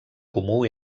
comú